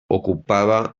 ocupava